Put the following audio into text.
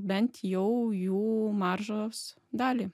bent jau jų maržos dalį